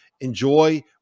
Enjoy